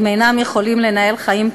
הם אינם יכולים לנהל חיים תקינים,